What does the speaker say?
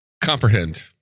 Comprehend